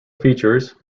features